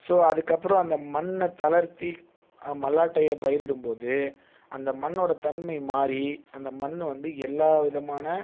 so அதுக்கு அப்பறம் அந்த மண்ணை தளர்த்தி மல்லாட்டயை பயிரிடும்போது அந்த மண்ணோடய தன்மை மாறி அந்த மண் வந்து எல்லாவிதமான